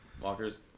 walkers